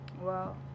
Wow